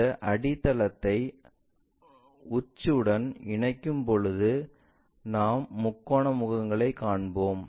இந்த அடித்தளத்தை உச்சத்துடன் இணைக்கும்போது நான் முக்கோண முகங்களைக் காண்போம்